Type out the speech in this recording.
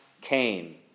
came